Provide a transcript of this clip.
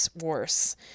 worse